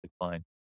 decline